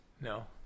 No